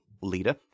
leader